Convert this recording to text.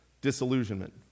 disillusionment